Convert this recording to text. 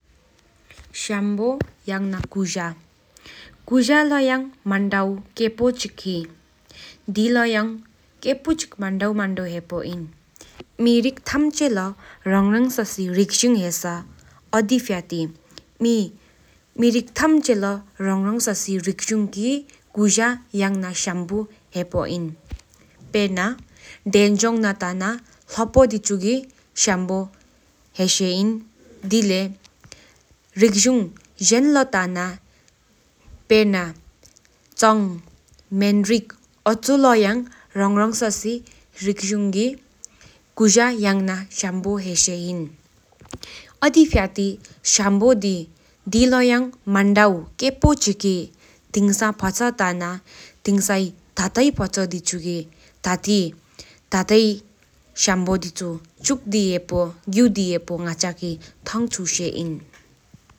སམབོ ཡང་ན སྐུ་ཞེས་སྐུ་ཞེས་ལོ་ཡང་མན་དབའོད་ཀེ་པོ་གཅིག་ཧེ། མེ་རིགས་ཐམ་ཅེ་ལོ་རང་ཐང་སྲོ་སི་རིག་འབྲུང་ཀི་སྐུ་ཞེས་པོ་ཨིན། པེར་ན་དེན་འཛོང་ན་ཏ་ན་ལྷོ་པོ་དལ་ཆུ་གི་ཤམ་བོ་ཧེ་ཤེ་ཨིན་དེ་ལེ་རིག་འཛུང་ཅན་ཏོ་ལོ་ཏ་ན་པེར་ན་འཆངས་མན་རིག་འོ་ཅུ། ལོ་ཡ་ཁོང་གི་རང་ཐང་སོ་སི་རིག་འཛུང་ཀི་ཤམ་པོ་ཡན་པོ་ཧེ་ཤེ་ཨིན་འོ་དི་འཕྱའ་ཏུ་ཤམ་བོ་ལེོན་ཡ་མན་ཌའོད་ཀེ་བོ་གཅིག་ཧེ། ཐེངས་ས་ཕོ་ཅོ་དེ་ཆུ་ལོ་ཏ་ན་ཁོང་གི་ཐལ་སྲེང་གི་སམ་པོ་མཁན་འདུས་ཧེ་བོ་གི་འདེ་ཧེ་པོ་ང་ཅ་གི་ཐུང་ཅུ། འོ་དི་གནས་ད་ཡའ་སམ་བོ་འོ་ཡ་ཁ་ཁ་མན་ཌའོད་ཀེ་བོ་གཅིག་ཡེཤེ་ཨིན།